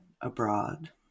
abroad